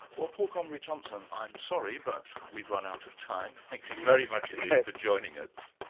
well paul comrie-thomson i am sorry but we've run out of time, thank you very much indeed for joining us.